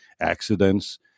accidents